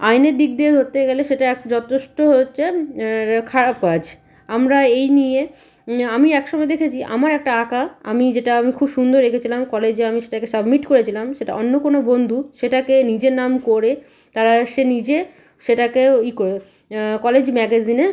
আইনের দিক দিয়ে ধরতে গেলে সেটা এক যথেষ্ট হচ্ছে খারাপ কাজ আমরা এই নিয়ে আমি এক সময় দেখেছি আমার একটা আঁকা আমি যেটা আমি খুব সুন্দর এঁকেছিলাম কলেজে আমি সেটাকে সাবমিট করেছিলাম সেটা অন্য কোনো বন্ধু সেটাকে নিজের নাম করে তারা সে নিজে সেটাকেও ই করে কলেজ ম্যাগাজিনে